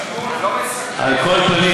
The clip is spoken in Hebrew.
על כל פנים,